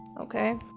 okay